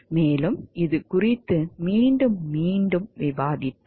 மேலும் இது குறித்து மீண்டும் மீண்டும் விவாதித்தோம்